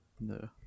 No